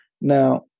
Now